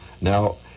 Now